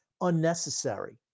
Unnecessary